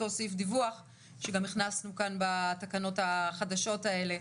אותו סעיף דיווח שגם הכנסנו כאן בתקנות החדשות האלה,